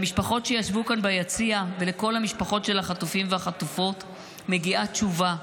למשפחות שישבו כאן ביציע ולכל המשפחות של החטופים והחטופות מגיעה תשובה.